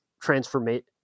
transformation